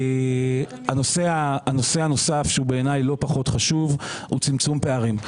הנושא הנוסף שבעיניי הוא לא פחות חשוב הוא צמצום פערים.